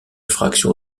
faction